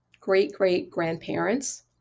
great-great-grandparents